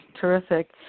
terrific